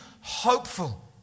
hopeful